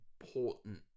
important